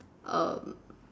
err